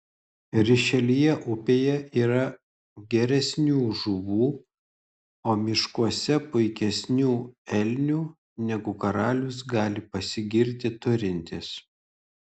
rišeljė upėje yra geresnių žuvų o miškuose puikesnių elnių negu karalius gali pasigirti turintis